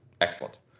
Excellent